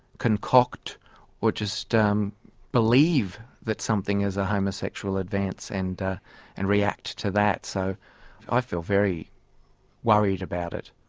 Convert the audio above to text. concoct or just um believe that something is a homosexual advance and and react to that. so i feel very worried about it.